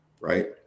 Right